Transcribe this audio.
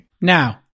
Now